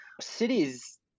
Cities